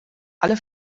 alle